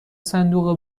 صندوق